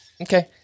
Okay